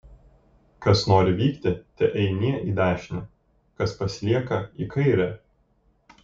kas nori vykti teeinie į dešinę kas pasilieka į kairę